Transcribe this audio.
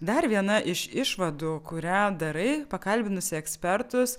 dar viena iš išvadų kurią darai pakalbinusi ekspertus